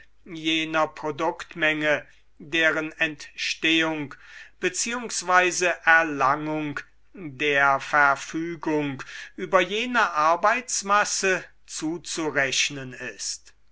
jener produktmenge deren entstehung beziehungsweise erlangung der verfügung über jene arbeitsmasse zuzurechnen ist